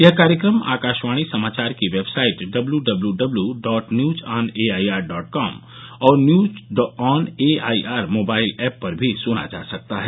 यह कार्यक्रम आकाशवाणी समाचार की website W W W dot news on A I R dot com और news on A I R mobile app पर भी सुना जा सकता है